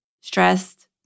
stressed